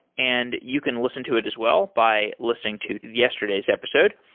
and you can listen to it as well by listening to yesterday's episode.